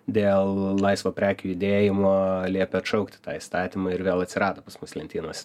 dėl laisvo prekių judėjimo liepė atšaukti tą įstatymą ir vėl atsirado pas mus lentynose